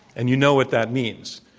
and you know what that means.